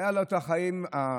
היו לו את החיים הקצרים,